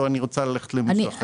או אני רוצה ללכת למישהו אחר.